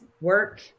work